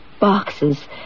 boxes